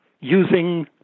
using